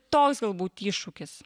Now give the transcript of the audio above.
toks galbūt iššūkis